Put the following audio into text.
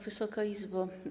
Wysoka Izbo!